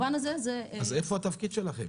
אז איפה התפקיד שלכם,